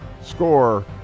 score